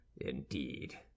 indeed